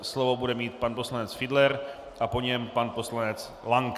Slovo bude mít pan poslanec Fiedler a po něm pan poslanec Lank.